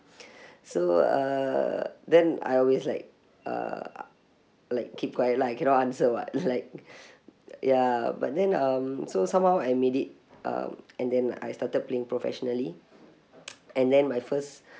so uh then I always like uh like keep quiet lah I cannot answer [what] like ya but then um so somehow I made it uh and then I started playing professionally and then my first